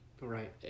right